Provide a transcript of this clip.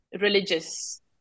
religious